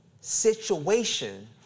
Situation